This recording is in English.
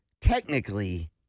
technically